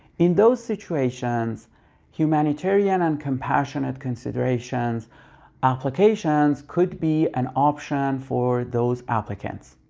in those situations humanitarian and compassionate considerations applications could be an option for those applicants.